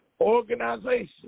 organization